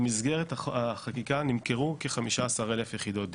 במסגרת החקיקה נמכרו כ-15,000 יחידות דיור.